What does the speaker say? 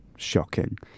shocking